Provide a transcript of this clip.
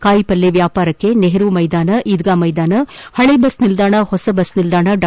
ಕಾಯಿಪಲ್ಲೆ ವ್ಯಾಪಾರಕ್ಕೆ ನೆಹರು ಮೈದಾನ ಈದ್ಗಾ ಮೈದಾನ ಹಳೆ ಬಸ್ ನಿಲ್ದಾಣ ಹೊಸ ಬಸ್ ನಿಲ್ದಾಣ ಡಾ